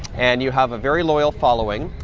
and you have a very loyal following,